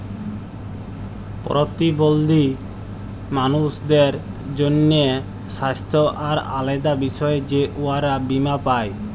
পরতিবল্ধী মালুসদের জ্যনহে স্বাস্থ্য আর আলেদা বিষয়ে যে উয়ারা বীমা পায়